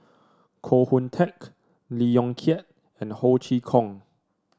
Koh Hoon Teck Lee Yong Kiat and Ho Chee Kong